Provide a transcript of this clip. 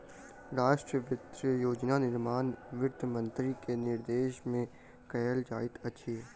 राष्ट्रक वित्तीय योजना निर्माण वित्त मंत्री के निर्देशन में कयल जाइत अछि